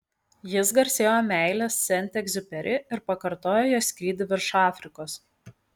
jis garsėjo meile sent egziuperi ir pakartojo jo skrydį virš afrikos